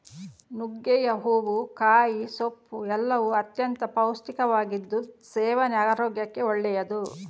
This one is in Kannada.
ನುಗ್ಗೆಯ ಹೂವು, ಕಾಯಿ, ಸೊಪ್ಪು ಎಲ್ಲವೂ ಅತ್ಯಂತ ಪೌಷ್ಟಿಕವಾಗಿದ್ದು ಸೇವನೆ ಆರೋಗ್ಯಕ್ಕೆ ಒಳ್ಳೆದ್ದು